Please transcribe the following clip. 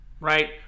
Right